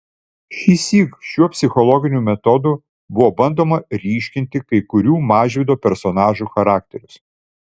šįsyk šiuo psichologiniu metodu buvo bandoma ryškinti kai kurių mažvydo personažų charakterius